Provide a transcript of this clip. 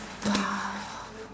!wow!